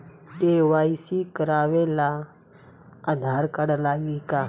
KYC करावे ला Aadhaar card लागी का?